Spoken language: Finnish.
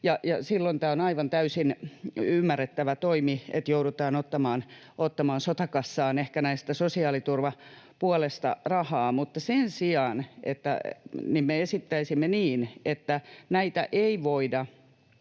silloin tämä on aivan täysin ymmärrettävä toimi, että joudutaan ottamaan sotakassaan ehkä tästä sosiaaliturvapuolesta rahaa, mutta sen sijaan me esittäisimme niin, että näitä ei voida